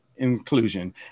Inclusion